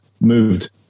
moved